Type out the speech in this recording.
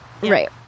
Right